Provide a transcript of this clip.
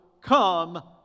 come